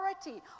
authority